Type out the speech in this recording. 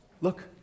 Look